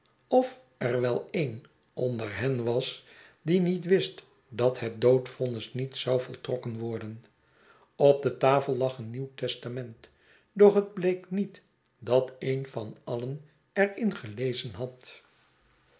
of er wel een onder hen was die niet wist dat het doodvonnis niet zou voltrokken worden op de tafel lag een nieuw testament doch het bleek niet dat een van alien er in gelezen had